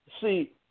see